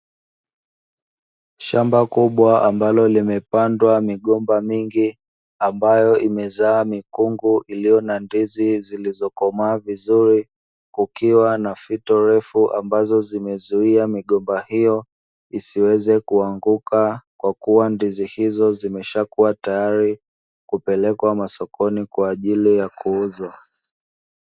Shamba kubwa ambalo limepandwa migomba mingi ambayo imezaa mikungu iliyo na ndizi zilizokomaa vizuri, kukiwa na fito refu ambazo zimezuia migomba hiyo isiweze kuanguka kwa kuwa ndizi hizo zimeshakuwa tayari kupelekwa masokoni kwa ajili ya kuuzwa.